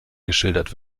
geschildert